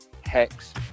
Hex